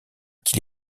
qui